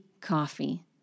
coffee